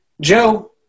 Joe